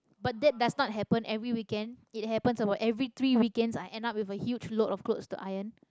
but that does not happen every weekend it happens about every three weekends I end up with a huge load of clothes to iron